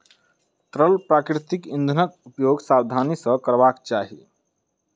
तरल प्राकृतिक इंधनक उपयोग सावधानी सॅ करबाक चाही